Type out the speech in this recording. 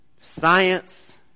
science